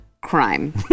crime